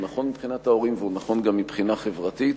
הוא נכון מבחינת ההורים והוא נכון גם מבחינה חברתית.